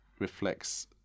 Reflects